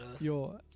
Yo